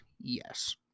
Yes